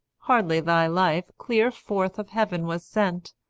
hardly thy life clear forth of heaven was sent,